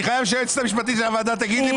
אני חייב שהיועצת המשפטית של הוועדה תגיד לי אם